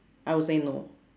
I would say no